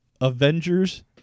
Avengers